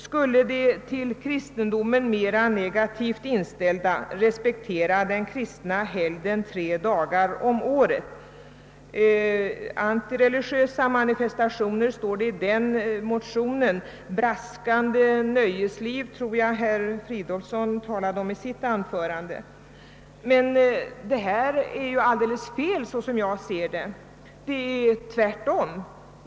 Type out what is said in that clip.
— »skulle de till kristendomen mera negativt inställda respektera den kristna helgden tre dagar om året.» det i denna motion. »Braskande nöjesliv» tror jag herr Fridolfsson talade om i sitt anförande. Så som jag ser det är detta alldeles fel.